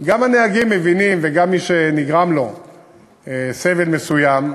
גם הנהגים מבינים וגם מי שנגרם לו סבל מסוים,